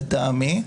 לטעמי,